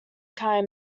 kind